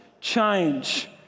change